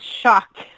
shocked